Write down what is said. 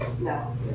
No